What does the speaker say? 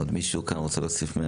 עוד מישהו כאן רוצה להוסיף?